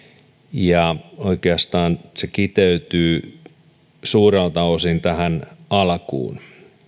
ja oikeastaan se kiteytyy suurelta osin tähän alkuun